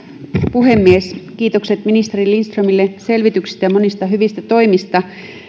puhemies kiitokset ministeri lindströmille selvityksestä ja monista hyvistä toimista